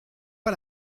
pas